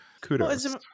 kudos